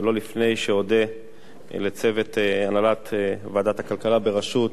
ולא לפני שאודה לצוות הנהלת ועדת הכלכלה, בראשות